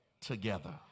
together